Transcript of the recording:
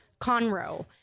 Conroe